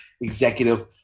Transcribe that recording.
executive